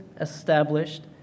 established